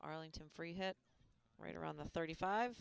arlington free hit right around the thirty five